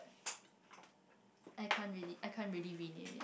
I can't really I can't really rename it